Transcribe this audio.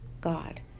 god